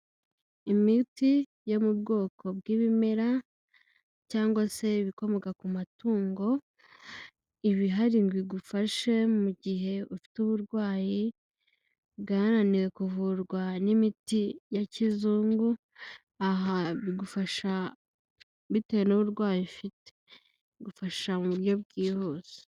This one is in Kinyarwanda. Imiti yo mu bwoko bw'ibimera cyangwa se ibikomoka ku matungo, iba ihari ngo igufashe mu gihe ufite uburwayi bwananiwe kuvurwa n'imiti ya kizungu, aha bigufasha bitewe n'uburwayi ufite, igufasha mu buryo bwihuse.